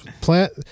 plant